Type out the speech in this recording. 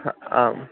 अहम् आम्